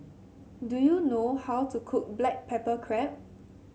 do you know how to cook Black Pepper Crab